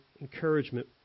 encouragement